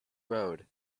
road